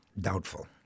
doubtful